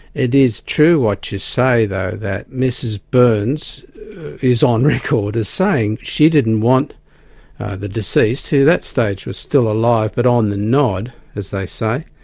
it is true, what you say though, that mrs byrnes is on record as saying she didn't want the deceased, who at that stage was still alive but on the nod, as they say,